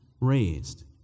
raised